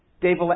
David